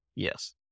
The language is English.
Yes